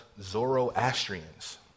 Zoroastrians